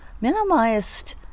minimized